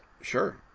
Sure